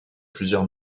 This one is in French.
plusieurs